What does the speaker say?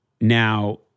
Now